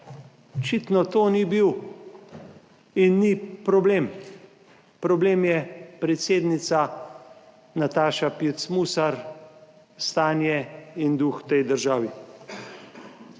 Očitno to ni bil in ni problem. Problem je predsednica Nataša Pirc Musar, stanje in duh v tej državi.